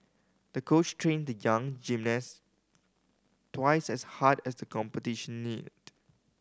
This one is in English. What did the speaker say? the coach trained the young gymnast twice as hard as the competition neared